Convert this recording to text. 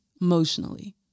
emotionally